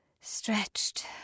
stretched